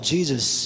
Jesus